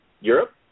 Europe